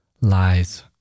Lies